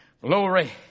Glory